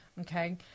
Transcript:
Okay